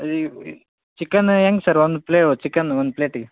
ಈ ಚಿಕನ್ ಹೆಂಗ್ ಸರ್ ಒಂದು ಪ್ಲೇ ಚಿಕನ್ ಒಂದು ಪ್ಲೇಟಿಗೆ